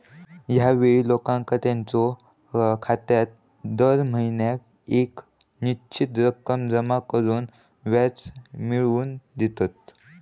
ह्या ठेवी लोकांका त्यांच्यो खात्यात दर महिन्याक येक निश्चित रक्कम जमा करून व्याज मिळवून देतत